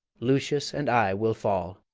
lucius and i will fall.